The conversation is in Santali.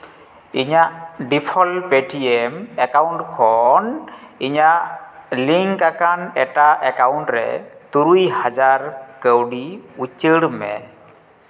ᱤᱧᱟᱹᱜ ᱰᱤᱯᱷᱚᱞᱴ ᱯᱮᱴᱤᱮᱢ ᱮᱠᱟᱩᱱᱴ ᱠᱷᱚᱱ ᱤᱧᱟᱹᱜ ᱞᱤᱝᱠ ᱟᱠᱟᱱ ᱮᱴᱟᱜ ᱮᱠᱟᱩᱱᱴ ᱨᱮ ᱛᱩᱨᱩᱭ ᱦᱟᱡᱟᱨ ᱠᱟᱹᱣᱰᱤ ᱩᱪᱟᱹᱲ ᱢᱮ